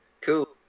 Cool